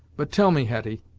but tell me, hetty,